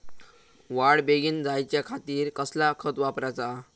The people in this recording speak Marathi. वाढ बेगीन जायच्या खातीर कसला खत वापराचा?